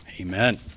Amen